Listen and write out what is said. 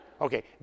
Okay